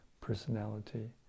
personality